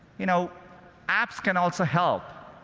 you know apps can also help.